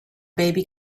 baby